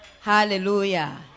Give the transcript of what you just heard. Hallelujah